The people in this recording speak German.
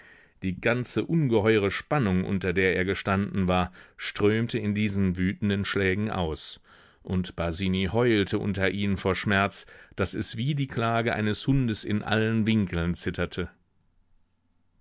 die ganze ungeheure spannung unter der er gestanden war strömte in diesen wütenden schlägen aus und basini heulte unter ihnen vor schmerz daß es wie die klage eines hundes in allen winkeln zitterte